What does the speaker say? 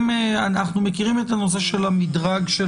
אנחנו מכירים את הנושא של המדרג של